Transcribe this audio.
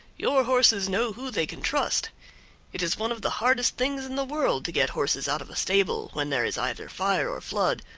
your horses know who they can trust it is one of the hardest things in the world to get horses out of a stable when there is either fire or flood.